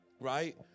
Right